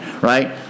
Right